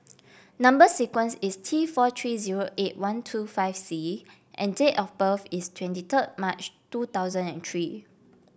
number sequence is T four three zero eight one two five C and date of birth is twenty third March two thousand and three